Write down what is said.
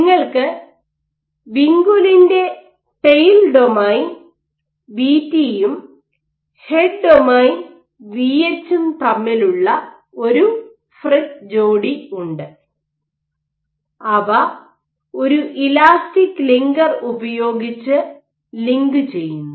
നിങ്ങൾക്ക് വിൻകുലിൻറെ tail domain V T യും tail domain Vt head domain VH ഉം head domain Vh തമ്മിലുള്ള ഒരു ഫ്രെറ്റ് ജോഡി ഉണ്ട് അവ ഒരു ഇലാസ്റ്റിക് ലിങ്കർ ഉപയോഗിച്ച് ലിങ്കു ചെയ്യുന്നു